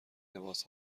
لباس